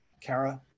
Kara